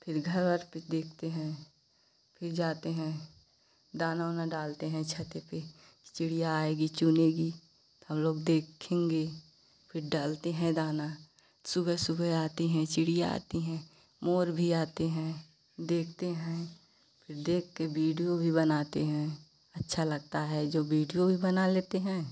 आके देखते हैं फिर जाते हैं दाना ओना डालते हैं छत पे चिड़िया आएगी चुनेगी हम लोग देखेंगे फिर डालते हैं दाना सुबह सुबह आती हैं चिड़िया आती हैं मोर भी आते हैं देखते हैं देख के विडियो भी बनाते हैं अच्छा लगता है जो वीडियो भी बना लेते हैं